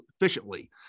efficiently